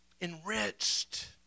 Enriched